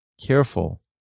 careful